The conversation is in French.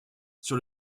sur